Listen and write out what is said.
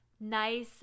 nice